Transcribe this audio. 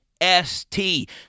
S-T